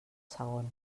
segon